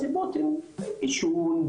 הסיבות עישון,